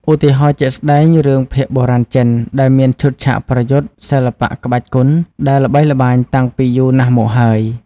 ឧទាហរណ៍ជាក់ស្តែងគឺរឿងភាគបុរាណចិនដែលមានឈុតឆាកប្រយុទ្ធសិល្បៈក្បាច់គុនដែលល្បីល្បាញតាំងពីយូរណាស់មកហើយ។